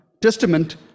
Testament